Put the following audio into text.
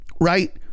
Right